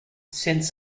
sense